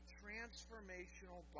transformational